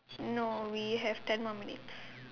no we have ten more minutes